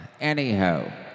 Anyhow